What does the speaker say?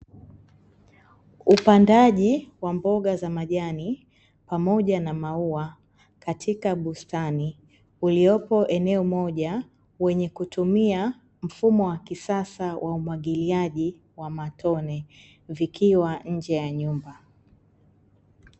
Upandaji wa mboga za majani pamoja na maua katika bustani, uliopo eneo moja wenye kutumia mfumo wa kisasa wa umwagiliaji wa matone vikiwa nje ya nyumba.